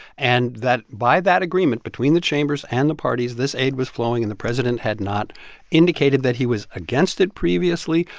and that by that agreement between the chambers and the parties, this aid was flowing. and the president had not indicated that he was against it previously.